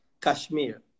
Kashmir